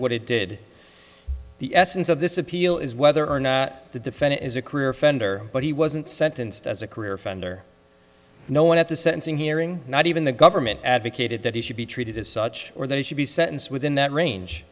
what it did the essence of this appeal is whether or not the defendant is a career offender but he wasn't sentenced as a career offender no one at the sentencing hearing not even the government advocated that he should be treated as such or that he should be sentenced within that range